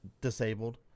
disabled